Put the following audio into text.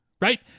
right